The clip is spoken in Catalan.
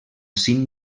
cim